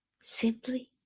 Simply